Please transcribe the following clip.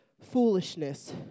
foolishness